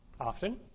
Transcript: Often